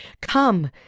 come